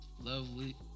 lovely